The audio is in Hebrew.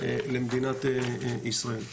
למדינת ישראל.